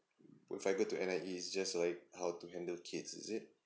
if I go to N_I_E it's just like how to handle kids is it